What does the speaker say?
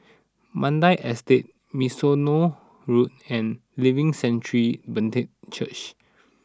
Mandai Estate Mimosa Road and Living Sanctuary Brethren Church